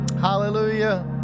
Hallelujah